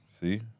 See